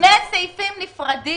מדובר בשני סעיפים נפרדים.